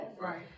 Right